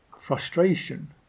Frustration